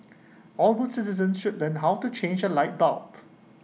all good citizens should learn how to change A light bulb